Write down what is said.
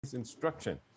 instruction